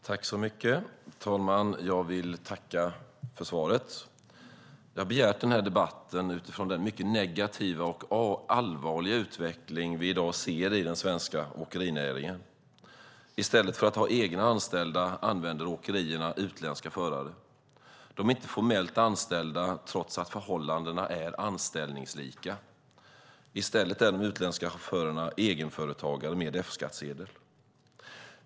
Herr talman! Jag vill tacka statsrådet för svaret. Jag har begärt den här debatten utifrån den mycket negativa och allvarliga utveckling vi i dag ser i den svenska åkerinäringen. I stället för att ha egna anställda använder åkerier utländska förare. De är inte formellt anställda trots att förhållandena är anställningslika. I stället är de utländska chaufförerna egenföretagare med F-skattsedel.